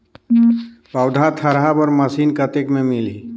पौधा थरहा बर मशीन कतेक मे मिलही?